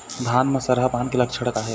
धान म सरहा पान के लक्षण का हे?